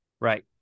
Right